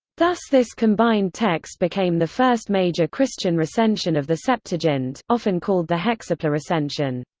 thus this combined text became the first major christian recension of the septuagint, often called the hexaplar recension.